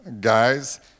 guys